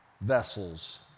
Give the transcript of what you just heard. vessels